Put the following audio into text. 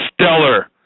Stellar